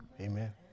Amen